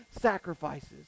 sacrifices